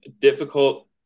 difficult